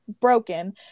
broken